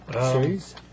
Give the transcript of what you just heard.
Series